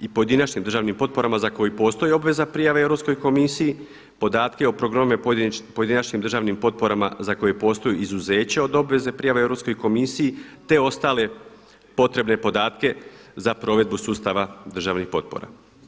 i pojedinačnim državnim potporama za koji postoji obveza prijave Europskoj komisiji, podatke o programima o pojedinačnim državnim potporama za koji postoji izuzeće od obveze prijave Europskoj komisiji, te ostale potrebne podatke za provedbu sustava državnih potpora.